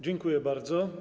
Dziękuję bardzo.